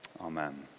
Amen